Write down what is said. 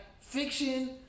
fiction